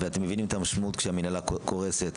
ואתם מבינים את המשמעות כשהמינהלה קורסת.